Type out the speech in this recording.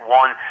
one